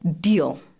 deal